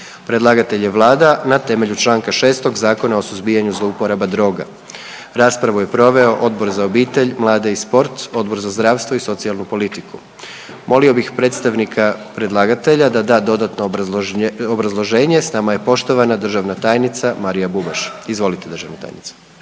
Predlagatelj je Vlada na temelju čl. 6. Zakona o suzbijanju zlouporaba droga. Raspravu je proveo Odbor za obitelj, mlade i sport, Odbor za zdravstvo i socijalnu politiku. Molio bih predstavnika predlagatelja da da dodatno obrazloženje, s nama je poštovana državna tajnica Marija Bubaš. Izvolite državna tajnice.